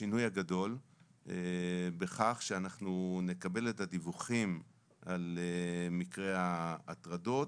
השינוי הגדול בכך שאנחנו נקבל את הדיווחים על מקרי ההטרדות